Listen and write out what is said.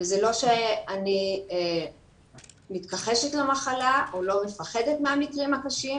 וזה לא שאני מתכחשת למחלה או לא מפחדת מהמקרים הקשים.